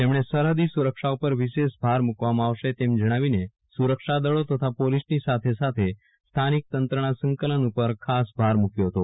તેમણે સરફદી સુરક્ષા ઉપર વિશેષ ભાર મુકવામાં આવશે તેમ જણાવીને સુરક્ષાદળો તથા પોલીસની સાથે સાથે સ્થાનિક તંત્રના સંકલન ઉપર ખાસ ભાર મુક્યો હતો